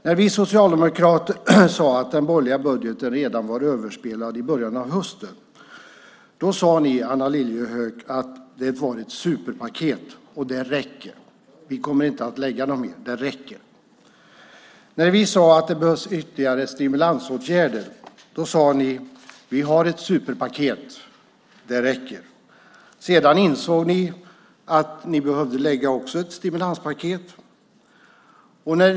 När vi socialdemokrater redan i början av hösten sade att den borgerliga budgeten var överspelad sade ni, Anna Lilliehöök, att det var ett superpaket och att det räcker: Vi kommer inte att lägga fram något mer, utan det räcker. När vi sade att det behövdes ytterligare stimulansåtgärder sade ni: Vi har ett superpaket, det räcker. Sedan insåg ni att också ni behövde lägga fram ett stimulanspaket.